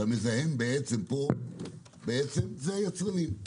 והמזהם פה זה היצרנים.